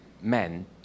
men